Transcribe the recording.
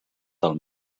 del